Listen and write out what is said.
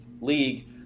league